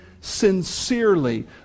sincerely